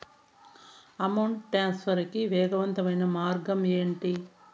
amount transfer కి వేగవంతమైన మార్గం ఏంటి